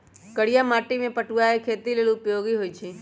करिया माटि में पटूआ के खेती लेल उपयोगी होइ छइ